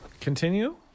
Continue